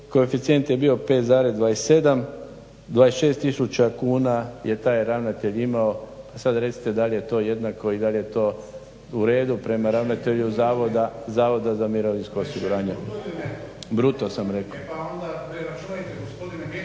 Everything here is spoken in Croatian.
koeficijent je bio 5,27 26000 kuna je taj ravnatelj imao. Pa sad recite da li je to jednako i da li je to u redu prema ravnatelju Zavoda za mirovinsko osiguranje? …/Upadica